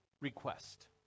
Request